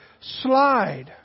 slide